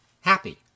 happy